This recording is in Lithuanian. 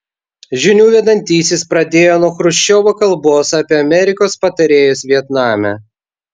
žinių vedantysis pradėjo nuo chruščiovo kalbos apie amerikos patarėjus vietname